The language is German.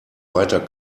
weiter